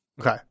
Okay